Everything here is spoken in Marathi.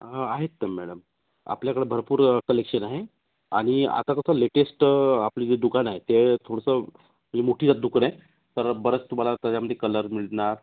आहेत मॅडम आपल्याकडं भरपूर कलेक्शन आहे आणि आता कसं लेटेस्ट आपले जे दुकान आहे ते थोडंसं म्हणजे मोठीजात दुकान आहे तर बरंच तुम्हाला त्याच्यामध्ये कलर मिळणार